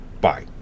bye